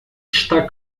está